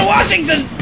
Washington